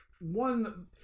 one